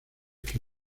que